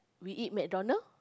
we eat McDonald